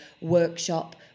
workshop